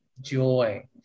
joy